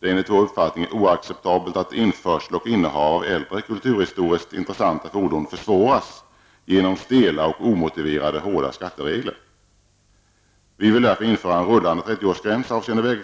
Det är enligt vår uppfattning oacceptabelt att införsel och innehav av äldre, kulturhistoriskt intressanta fordon försvåras genom stela och omotiverat hårda skatteregler. Vi vill därför införa en rullande 30-årsgräns avseende